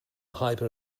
hyper